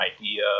idea